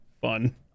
fun